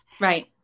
Right